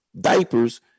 diapers